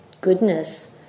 goodness